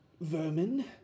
vermin